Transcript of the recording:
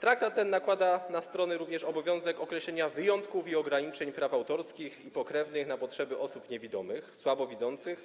Traktat ten nakłada na strony również obowiązek określenia wyjątków i ograniczeń praw autorskich i pokrewnych na potrzeby osób niewidomych, słabowidzących